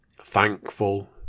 thankful